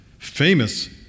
Famous